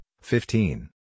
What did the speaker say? fifteen